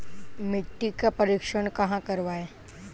मिट्टी का परीक्षण कहाँ करवाएँ?